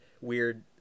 weird